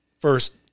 first